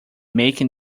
making